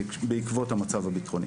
בעקבות המצב הביטחוני,